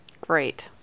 great